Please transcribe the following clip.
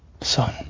Son